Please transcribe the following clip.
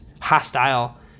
hostile